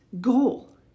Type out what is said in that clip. goal